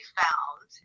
found